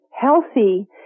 healthy